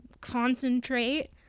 concentrate